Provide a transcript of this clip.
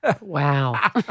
Wow